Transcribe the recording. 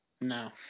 no